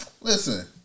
listen